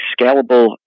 scalable